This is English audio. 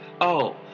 Oh